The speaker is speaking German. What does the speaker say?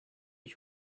ich